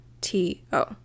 T-O